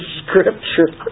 scripture